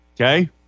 Okay